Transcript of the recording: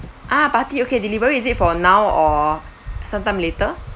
ah party okay delivery is it for now or some time later